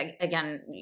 Again